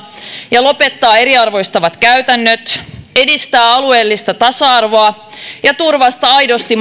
ja lopettaa eriarvoistavat käytännöt edistää alueellista tasa arvoa ja turvata aidosti